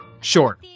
Sure